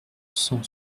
cent